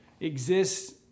exists